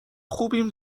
خوبیم